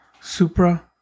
Supra